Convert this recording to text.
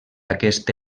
aquesta